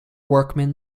workman